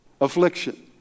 Affliction